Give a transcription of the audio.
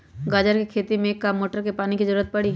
गाजर के खेती में का मोटर के पानी के ज़रूरत परी?